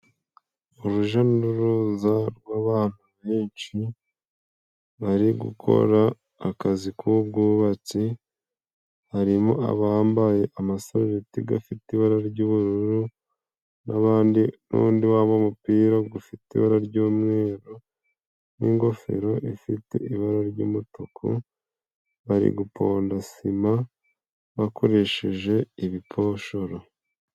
Uruja n'uruza rw'abantu benshi bari gukora akazi k'ubwubatsi, harimo abambaye amasaveti gafite ibara ry'ubururu, n'abandi, n'undi wambaye umupira gufite ibara ry'umweru n'ingofero ifite ibara ry'umutuku. Bari guponda sima bakoresheje ibiposhoro.